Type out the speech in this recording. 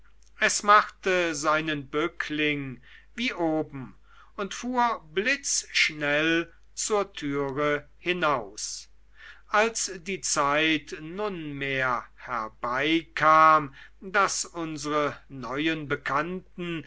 es machte seinen bückling wie oben und fuhr blitzschnell zur türe hinaus als die zeit nunmehr herbeikam daß unsre neuen bekannten